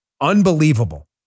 Unbelievable